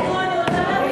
אני רוצה להבין.